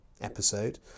episode